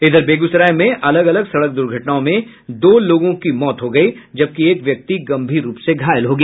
इधर बेगूसराय में अलग अलग सड़क दुर्घटनाओं में दो लोगों की मौत हो गई जबकि एक व्यक्ति गंभीर रूप से घायल हो गया